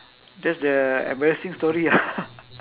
that's the embarrassing story